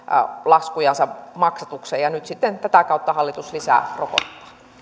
laskujansa maksatukseen ja nyt sitten tätä kautta hallitus lisää rokottaa